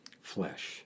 flesh